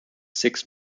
six